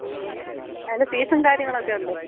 ആ അതിന് ഫീസും കാര്യങ്ങളൊക്കെ ഉണ്ടോ